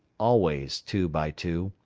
always two by two,